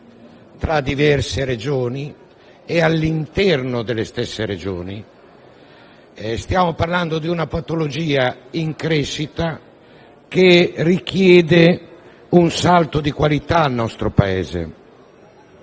tra diverse Regioni e all'interno delle stesse Regioni. Stiamo parlando di una patologia in crescita, che richiede un salto di qualità del nostro Paese.